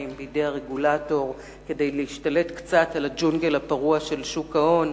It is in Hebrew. ושיניים בידי הרגולטור כדי להשתלט קצת על הג'ונגל הפרוע של שוק ההון.